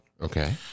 Okay